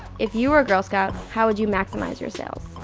if you were a girl scout, how would you maximize your so